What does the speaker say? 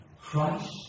Christ